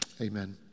Amen